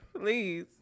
Please